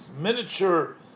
miniature